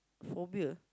phobia